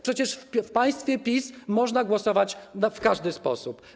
Przecież w państwie PiS można głosować w każdy sposób.